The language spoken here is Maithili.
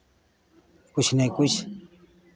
किछु नहि किछु